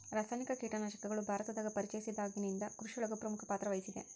ರಾಸಾಯನಿಕ ಕೇಟನಾಶಕಗಳು ಭಾರತದಾಗ ಪರಿಚಯಸಿದಾಗನಿಂದ್ ಕೃಷಿಯೊಳಗ್ ಪ್ರಮುಖ ಪಾತ್ರವಹಿಸಿದೆ